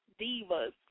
divas